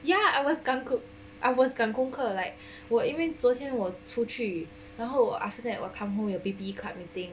ya I was I was 赶功课 like 我因为昨天我出去然后 after that 我 come home 有 B_B club meeting